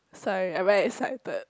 sorry I very excited